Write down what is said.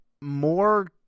more